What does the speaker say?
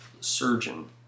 Surgeon